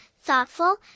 thoughtful